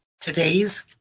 Today's